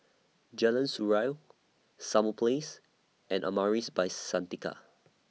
Jalan Surau Summer Place and Amaris By Santika